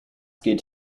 geht